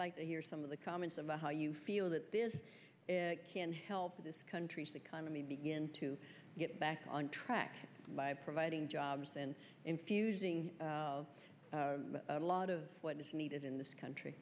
like to hear some of the comments about how you feel that this can help this country's economy begin to get back on track by providing jobs and infusing a lot of what is needed in this country